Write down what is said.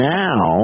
now